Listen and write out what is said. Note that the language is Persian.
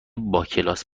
باکلاس